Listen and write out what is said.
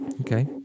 Okay